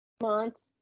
months